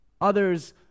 Others